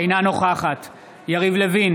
אינה נוכחת יריב לוין,